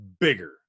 bigger